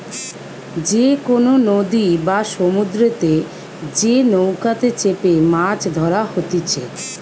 যে কোনো নদী বা সমুদ্রতে যে নৌকাতে চেপেমাছ ধরা হতিছে